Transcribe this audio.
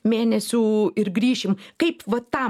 mėnesių ir grįšim kaip vat tam